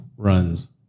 runs